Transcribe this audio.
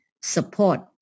support